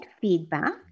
feedback